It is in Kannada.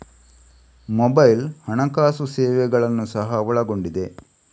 ಮೊಬೈಲ್ ಹಣಕಾಸು ಸೇವೆಗಳನ್ನು ಸಹ ಒಳಗೊಂಡಿದೆ